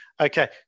Okay